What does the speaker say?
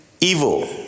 evil